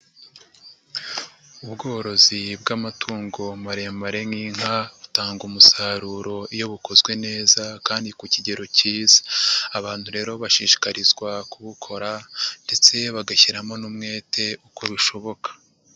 Ubworozi bw'amatungo maremare nk'inka, butanga umusaruro iyo bukozwe neza kandi ku kigero cyiza. abantu rero bashishikarizwa kubukora ndetse bagashyiramo n'umwete, uko bishoboka.